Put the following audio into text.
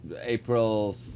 April